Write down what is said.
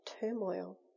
turmoil